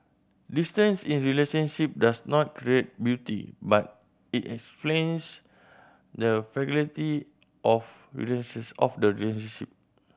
distance in relationship does not create beauty but it explains the fragility of of the relationship